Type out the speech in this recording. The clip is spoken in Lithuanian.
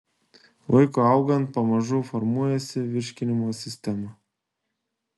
vaikui augant pamažu formuojasi virškinimo sistema